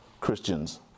Christians